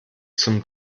zum